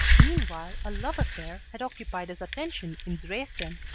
meanwhile a love affair had occupied his attention in dresden.